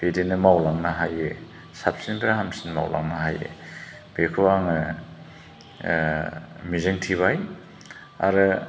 बिदिनो मावलांनो हायो साबसिननिफ्राय हामसिन मावलांनो हायो बेखौ आङो मिजिं थिबाय आरो